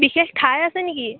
বিশেষ ঠাই আছে নেকি